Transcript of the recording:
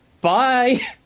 bye